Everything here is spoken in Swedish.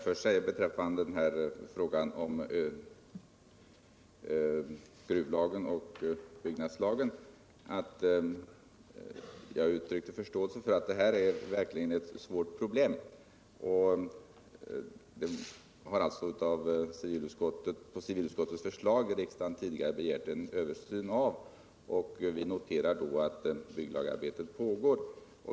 Herr talman! Låt mig först säga vad beträffar gruvlagen och byggnadslagen att jag uttryckte förståelse för att det verkligen är ett svårt problem. Riksdagen har alltså på civilutskottets förslag tidigare begärt en översyn, och vi noterar att bygglagarbetet pågår.